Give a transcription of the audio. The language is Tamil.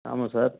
ஆமாம் சார்